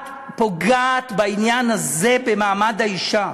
את פוגעת בעניין הזה במעמד האישה.